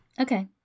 Okay